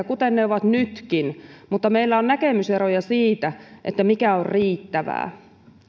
kuten ne ovat nytkin mutta meillä on näkemyseroja siitä mikä on riittävää